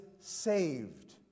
saved